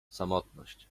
samotność